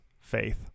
faith